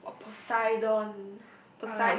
op~ op~ Poseidon